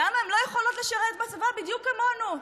למה הן לא יכולות לשרת בצבא בדיוק כמונו?